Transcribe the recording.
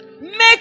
Make